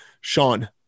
Sean